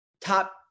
top